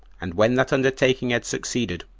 and when that undertaking had succeeded,